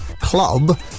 club